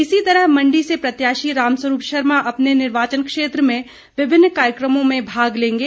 इसी तरह मण्डी से प्रत्याशी राम स्वरूप शर्मा अपने निर्वाचन क्षेत्र में विभिन्न कार्यक्रमों में भाग लेंगे